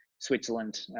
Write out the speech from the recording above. Switzerland